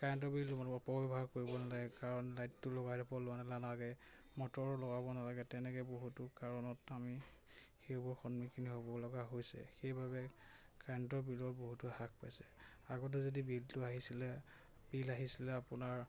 কাৰেণ্টৰ বিল কৰিব নালাগে কাৰণ লাইটটো লগাই থব লোৱা নেলা নালাগে মটৰ লগাব নালাগে তেনেকে বহুতো কাৰণত আমি সেইবোৰ সন্মুখীন হ'ব লগা হৈছে সেইবাবে কাৰেণ্টৰ বিলত বহুতো হ্ৰাস পাইছে আগতে যদি বিলটো আহিছিলে বিল আহিছিলে আপোনাৰ